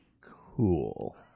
Cool